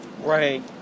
Right